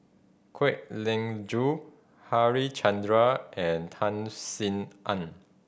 Kwek Leng Joo Harichandra and Tan Sin En